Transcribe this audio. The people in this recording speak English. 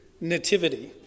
nativity